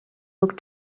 look